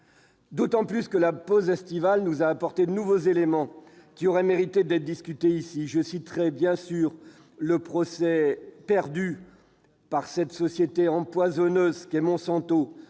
d'autant que la pause estivale a apporté de nouveaux éléments, qui auraient mérité d'être discutés ici. Je pense bien sûr au procès perdu par cette société empoisonneuse qu'est Monsanto